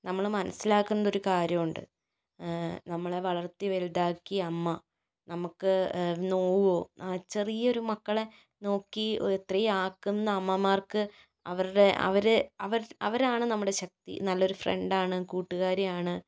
നമ്മൾ മനസ്സിലാക്കുന്നത് ഒരു കാര്യമുണ്ട് നമ്മളെ വളർത്തി വലുതാക്കി അമ്മ നമുക്ക് നോവുമോ ആ ചെറിയൊരു മക്കളേ നോക്കി ഇത്രയും ആക്കുന്ന അമ്മമാർക്ക് അവരുടെ അവരെ അവരാണ് നമ്മുടെ ശക്തി നല്ലൊരു ഫ്രണ്ടാണ് കൂട്ടുകാരിയാണ്